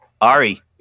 Ari